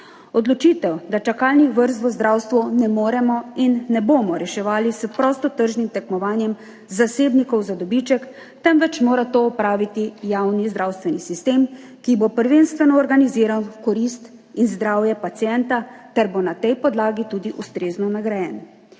odločitev, da čakalnih vrst v zdravstvu ne moremo in ne bomo reševali s prostotržnim tekmovanjem zasebnikov za dobiček, temveč mora to opraviti javni zdravstveni sistem, ki bo prvenstveno organiziral korist in zdravje pacienta ter bo na tej podlagi tudi ustrezno nagrajen.